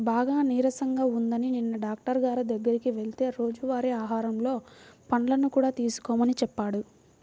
బాగా నీరసంగా ఉందని నిన్న డాక్టరు గారి దగ్గరికి వెళ్తే రోజువారీ ఆహారంలో పండ్లను కూడా తీసుకోమని చెప్పాడు